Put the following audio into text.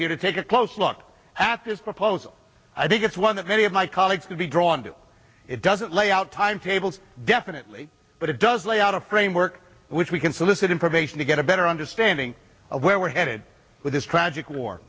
here to take a close look at this proposal i think it's one that many of my colleagues to be drawn to it doesn't lay out timetables definitely but it does lay out a framework which we can solicit information to get a better understanding of where we're headed with this tragic war